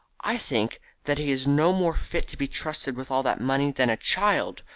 i think that he is no more fit to be trusted with all that money than a child,